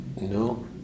No